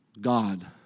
God